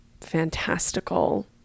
fantastical